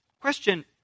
Question